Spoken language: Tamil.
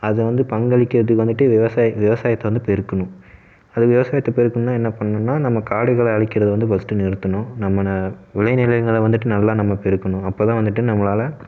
அது வந்து பங்களிக்கிறதுக்கு வந்துட்டு விவசாய விவசாயத்தை வந்து பெருக்கணும் அது விவசாயத்தை பெருக்கணுன்னால் என்ன பண்ணுன்னால் நம்ம காடுகளை அழிக்கிறது வந்து ஃபர்ஸ்ட்டு நிறுத்துணும் நம்ம விளைநிலங்களை வந்துட்டு நல்லா நம்ம பெருக்கணும் அப்போதா வந்துட்டு நம்மளால்